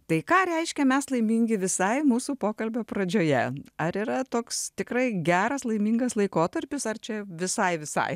tai ką reiškia mes laimingi visai mūsų pokalbio pradžioje ar yra toks tikrai geras laimingas laikotarpis ar čia visai visai